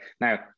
now